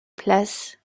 places